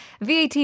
VAT